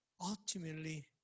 Ultimately